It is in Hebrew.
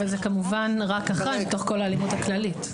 זה כמובן לא כל האלימות הכללית.